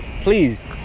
please